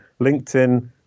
LinkedIn